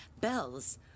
Bells